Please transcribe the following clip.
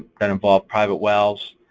that involve private wells,